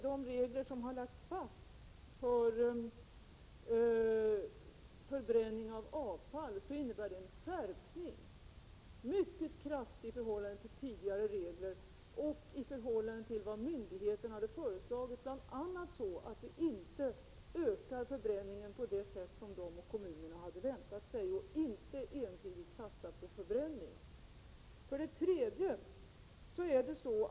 De regler som lagts fast för förbränning av avfall innebär en mycket kraftig skärpning i förhållande till tidigare regler och i förhållande till vad myndigheten hade föreslagit, bl.a. så till vida att man inte skall öka förbränningen på det sätt som kommunerna hade väntat sig och inte ensidigt skall satsa på förbränning.